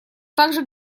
также